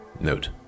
Note